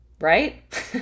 right